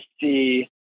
see